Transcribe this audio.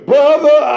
Brother